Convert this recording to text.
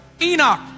Enoch